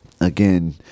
Again